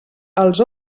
els